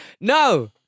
No